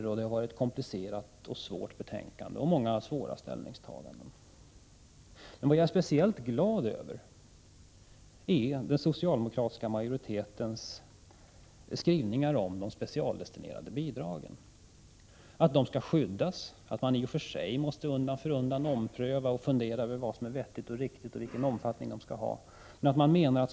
Betänkandet är komplicerat, och det har varit många svåra ställningstaganden. Vad jag är speciellt glad över är den socialdemokratiska majoritetens skrivningar om de specialdestinerade bidragen, nämligen att de skall skyddas, att man i och för sig undan för undan måste fundera över och ompröva vad som är vettigt och riktigt och vilken omfattning bidragen skall ha.